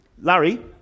Larry